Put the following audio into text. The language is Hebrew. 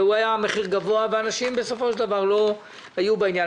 גבוה ואנשים בסופו של דבר לא היו בעניין.